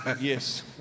yes